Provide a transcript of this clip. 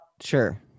Sure